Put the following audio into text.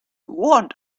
want